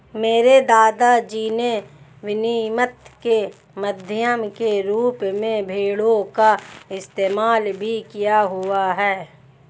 मेरे दादा जी ने विनिमय के माध्यम के रूप में भेड़ों का इस्तेमाल भी किया हुआ है